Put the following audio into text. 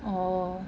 orh